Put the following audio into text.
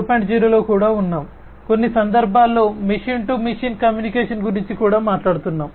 0 లో కూడా ఉన్నాము కొన్ని సందర్భాల్లో మెషిన్ టు మెషిన్ కమ్యూనికేషన్ గురించి కూడా మాట్లాడుతున్నాము